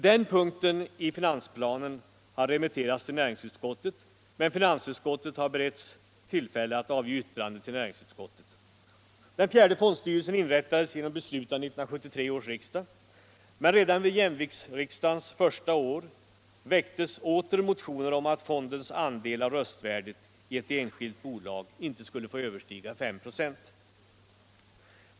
Den punkten i finansplanen har remitterats till näringsutskottet, men finansutskottet har beretts tillfälle att avge yttrande till näringsutskottet. Den fjärde fondstyrelsen inrättades genom beslut av 1973 års riksdag, men redan under jämviktsriksdagens första år väcktes åter motioner om att fondens andel av röstvärdet i ett enskilt bolag inte skulle få överstiga 5 "..